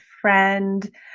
friend